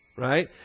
Right